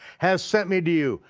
has sent me to you,